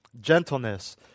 Gentleness